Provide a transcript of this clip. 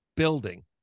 building